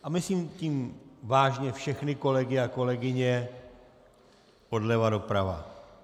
A myslím tím vážně všechny kolegy a kolegyně odleva doprava.